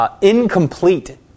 incomplete